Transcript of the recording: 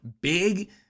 big